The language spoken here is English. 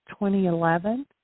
2011